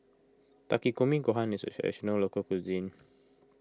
Takikomi Gohan is a Traditional Local Cuisine